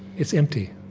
it's empty.